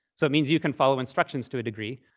so it means you can follow instructions to a degree.